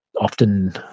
often